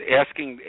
asking